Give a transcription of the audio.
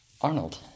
Arnold